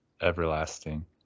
everlasting